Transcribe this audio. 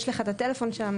יש לך את הטלפון שלנו,